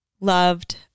loved